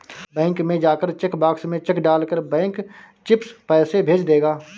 bank में जाकर cheque box में चेक डाल कर बैंक चिप्स पैसे भेज देगा